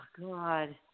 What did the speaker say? God